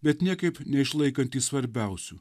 bet niekaip neišlaikantys svarbiausių